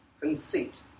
conceit